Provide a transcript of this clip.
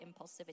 impulsivity